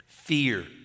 Fear